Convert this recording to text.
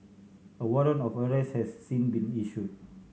a warrant of arrest has since been issued